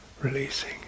releasing